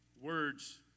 Words